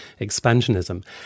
expansionism